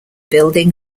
building